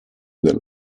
della